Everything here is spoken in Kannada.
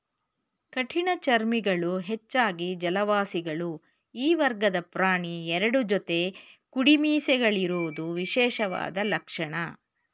ಕಠಿಣಚರ್ಮಿಗಳು ಹೆಚ್ಚಾಗಿ ಜಲವಾಸಿಗಳು ಈ ವರ್ಗದ ಪ್ರಾಣಿ ಎರಡು ಜೊತೆ ಕುಡಿಮೀಸೆಗಳಿರೋದು ವಿಶೇಷವಾದ ಲಕ್ಷಣ